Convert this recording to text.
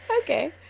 Okay